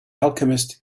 alchemist